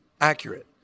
accurate